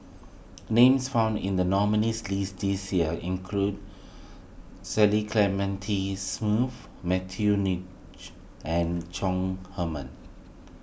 names found in the nominees' list this year include Cecil Clementi Smith Matthew and Chong Heman